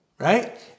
Right